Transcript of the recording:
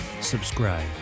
subscribe